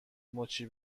مچی